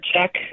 check